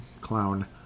clown